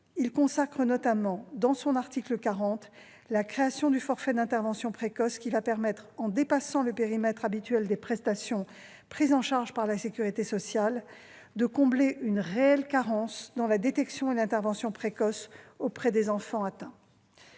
son article 40, il consacre la création du forfait d'intervention précoce, qui va permettre, en dépassant le périmètre habituel des prestations prises en charge par la sécurité sociale, de combler une réelle carence dans la détection et l'intervention précoce auprès des enfants atteints.